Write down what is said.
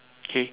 K